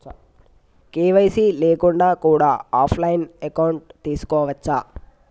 KYC లేకుండా కూడా offline account తీసుకోవచ్చా?